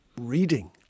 reading